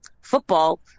football